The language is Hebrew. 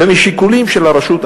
ומשיקולים של הרשות,